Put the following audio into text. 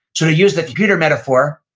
to to use the computer metaphor,